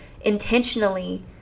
intentionally